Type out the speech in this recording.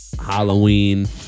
Halloween